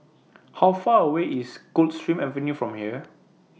How Far away IS Coldstream Avenue from here